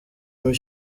muri